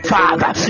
Father